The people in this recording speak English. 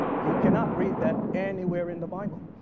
you cannot read that anywhere in the bible.